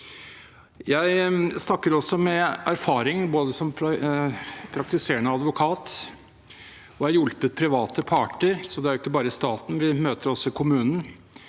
Jeg snakker også av erfaring, som praktiserende advokat. Jeg har hjulpet private parter, og det er ikke bare staten, vi møter også kommunen,